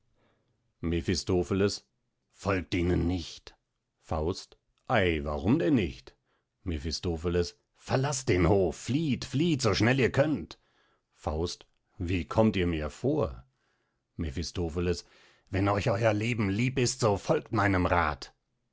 mephistopheles folgt ihnen nicht faust ei warum denn nicht mephistopheles verlaßt den hof flieht flieht so schnell ihr könnt faust wie kommt ihr mir vor mephistopheles wenn euch euer leben lieb ist so folgt meinem rath